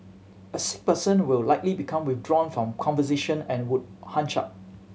a sick person will likely become withdrawn from conversation and would hunch up